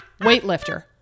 weightlifter